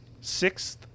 sixth